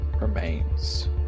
remains